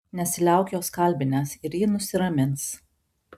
nesiliauk jos kalbinęs ir ji nusiramins